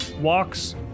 walks